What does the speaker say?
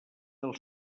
del